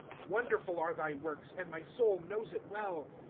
wonderful are thy works and my soul knows it well.